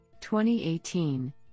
2018